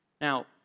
Now